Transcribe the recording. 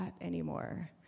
anymore